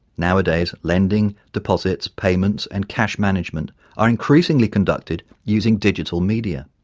nowadays lending, deposits, payments and cash management are increasingly conducted using digital media.